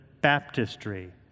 baptistry